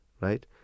right